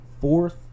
fourth